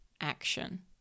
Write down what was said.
action